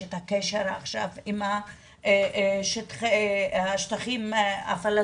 יש את הקשר עכשיו עם השטחים הפלסטיניים,